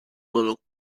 little